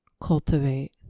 cultivate